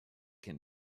can